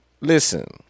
Listen